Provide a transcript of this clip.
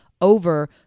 over